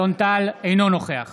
אינו נוכח